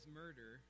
murder